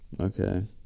Okay